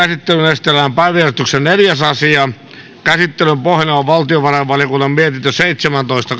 esitellään päiväjärjestyksen neljäs asia käsittelyn pohjana on valtiovarainvaliokunnan mietintö seitsemäntoista